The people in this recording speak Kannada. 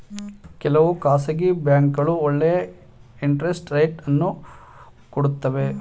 ಕೆಲವು ಖಾಸಗಿ ಬ್ಯಾಂಕ್ಗಳು ಒಳ್ಳೆಯ ಇಂಟರೆಸ್ಟ್ ರೇಟ್ ಅನ್ನು ಕೊಡುತ್ತವೆ